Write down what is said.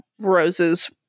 Rose's